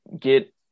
get